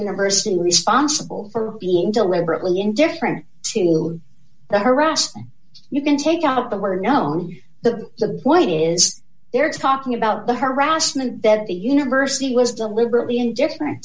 university responsible for being deliberately indifferent to all the harassed you can take out the were known that the point is they're talking about the harassment that the university was deliberately indifferent